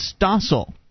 Stossel